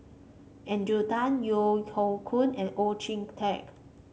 Adrian Tan Yeo Hoe Koon and Oon Jin Teik